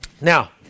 Now